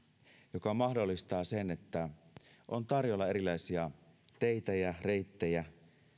joka mahdollistaa sen että on tarjolla erilaisia teitä ja reittejä